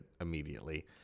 immediately